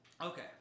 Okay